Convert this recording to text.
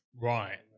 Right